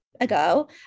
Ago